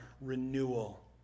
renewal